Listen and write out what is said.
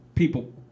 people